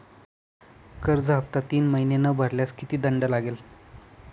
कर्ज हफ्ता तीन महिने न भरल्यास किती दंड लागेल?